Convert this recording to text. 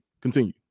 continue